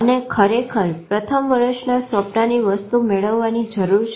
અને ખરેખર પ્રથમ વર્ષના સ્વપ્નાની વસ્તુ મેળવવાની જરૂર છે